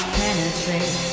penetrate